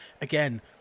again